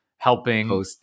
helping